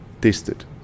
tested